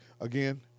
again